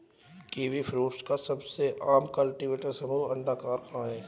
kiwifruit का सबसे आम कल्टीवेटर समूह अंडाकार है